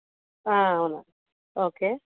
అవును ఓకే